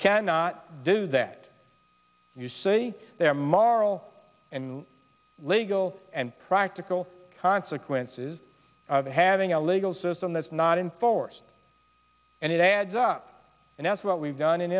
cannot do that you see them are all legal and practical consequences of having a legal system that's not enforced and it adds up and that's what we've done in